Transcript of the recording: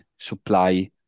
supply